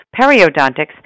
periodontics